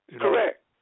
Correct